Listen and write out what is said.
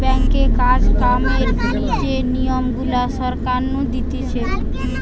ব্যাঙ্কে কাজ কামের যে নিয়ম গুলা সরকার নু দিতেছে